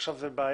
עכשיו זאת בעיה,